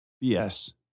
Yes